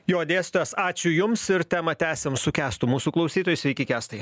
jo dėstytojas ačiū jums ir temą tęsiam su kęstu mūsų klausytojai sveiki kęstai